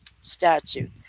statute